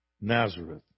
Nazareth